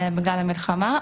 בגלל המלחמה.